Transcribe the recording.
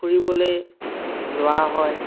ফুৰিবলৈ যোৱা হয়